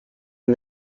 and